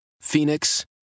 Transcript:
Phoenix